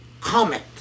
comment